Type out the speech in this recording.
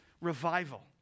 revival